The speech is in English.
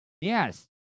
Yes